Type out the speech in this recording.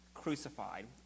Crucified